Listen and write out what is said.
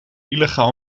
illegaal